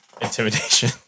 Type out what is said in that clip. Intimidation